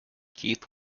keith